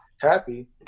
happy